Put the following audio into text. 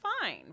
fine